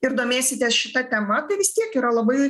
ir domėsitės šita tema tai vis tiek yra labai